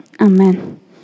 Amen